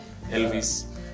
Elvis